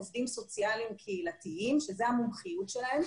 עובדים סוציאליים קהילתיים שזו המומחיות שלהם,